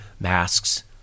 masks